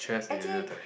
actually